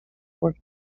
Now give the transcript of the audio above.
were